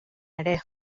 ere